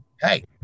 Hey